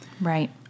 Right